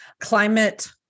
climate